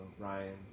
Ryan